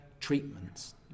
treatments